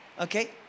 Okay